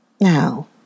Now